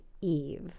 Eve